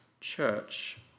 church